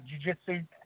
jujitsu